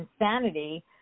insanity